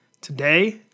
Today